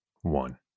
one